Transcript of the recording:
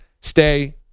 stay